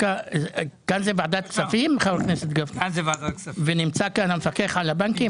כאן זאת ועדת הכספים ונמצא כאן המפקח על הבנקים?